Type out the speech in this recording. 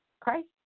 Christ